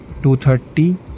230